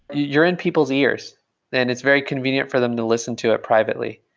you're in people's ears and it's very convenient for them to listen to it privately,